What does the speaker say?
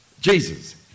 Jesus